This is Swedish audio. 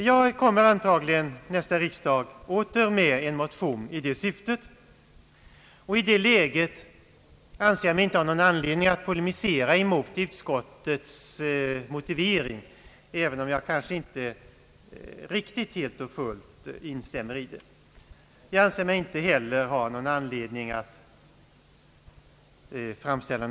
Antagligen återkommer jag till nästa riksdag med en motion i det syftet. I det läget anser jag mig inte ha någon anledning att polemisera mot utskottets motivering, även om jag kanske inte helt och fullt instämmer i den. Jag anser mig inte heller ha anledning framställa något annat yrkande än om bifall till utskottets hemställan.